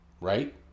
Right